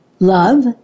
Love